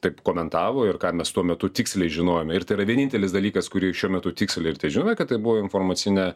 taip komentavo ir ką mes tuo metu tiksliai žinojome ir tai yra vienintelis dalykas kurį šiuo metu tiksliai žinome kad tai buvo informacinė